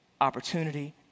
opportunity